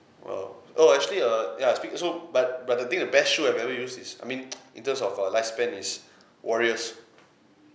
well oh actually err ya is big also but but I think the best shoe I've ever use is I mean in terms of uh lifespan is warriors